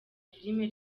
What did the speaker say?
filime